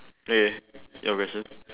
okay your question